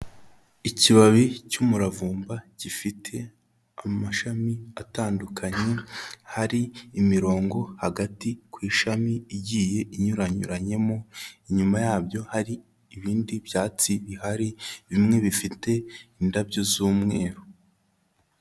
Ikibabi cy'umuravumba gifite amashami atandukanye hari imirongo hagati ku ishami igiye inyuranyuranyemo, inyuma yabyo hari ibindi byatsi bihari bimwe bifite indabyo z'umweru.